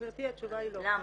למה?